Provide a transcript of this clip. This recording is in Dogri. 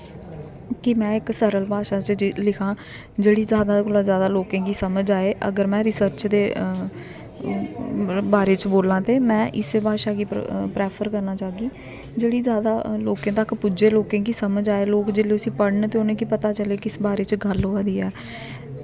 कि में इक सरल भाशा च लिखां जेह्ड़ी जादा कोला जादा लोकें गी समझ आए अगर में रिसर्च दे गल्ल दे बारे च बोलां ते में इस्सै भाशा गी प्रेफर करना चाह्गी जेह्ड़ी जादा लोकें तक पुज्जे लोकें गी समझ आए लोक जेल्लै उसी पढ़न ते लोकें गी पता चलै कि किस बारे च गल्ल होआ दी ऐ